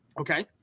Okay